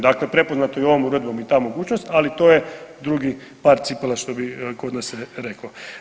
Dakle, prepoznato je i ovom uredbom i ta mogućnost, ali to je drugi par cipela što bi kod nas se reklo.